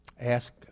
ask